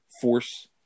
force